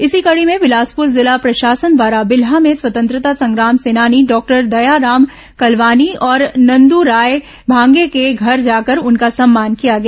इसी कड़ी में बिलासपुर जिला प्रशासन द्वारा बिल्हा में स्वतंत्रता संग्राम सेनानी डॉक्टर दयाराम कलवानी और नंद्राय भागे के घर जाकर उनका सम्मान किया गया